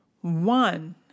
one